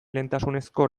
lehentasunezko